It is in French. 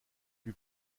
lui